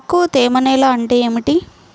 తక్కువ తేమ నేల అంటే ఏమిటి?